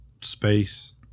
space